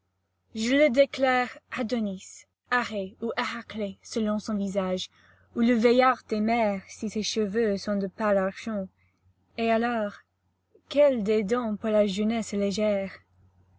je le déclare adônis arès ou héraklès selon son visage ou le vieillard des mers si ses cheveux sont de pâle argent et alors quels dédains pour la jeunesse légère